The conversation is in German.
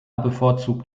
bevorzugt